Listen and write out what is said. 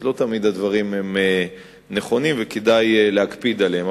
אז לא תמיד הדברים נכונים, וכדאי להקפיד עליהם.